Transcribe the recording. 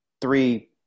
three